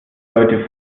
leute